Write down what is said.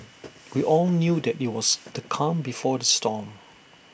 we all knew that IT was the calm before the storm